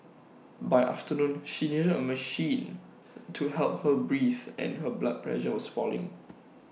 by afternoon she needed A machine to help her breathe and her blood pressure was falling